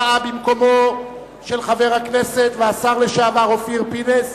הבאה במקומו של חבר הכנסת והשר לשעבר אופיר פינס,